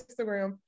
Instagram